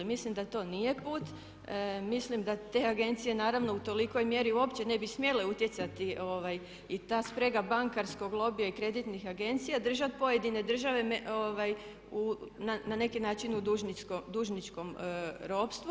Mislim da to nije put, mislim da te agencije naravno u tolikoj mjeri uopće ne bi smjele utjecati i ta sprega bankarskog logija i kreditnih agencija, držati pojedine države na neki način u dužničkom ropstvu.